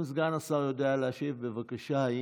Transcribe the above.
אם סגן השר יודע להשיב, בבקשה.